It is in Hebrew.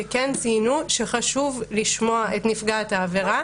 שכן ציינו שחשוב לשמוע את נפגעת העבירה,